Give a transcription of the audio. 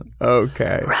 Okay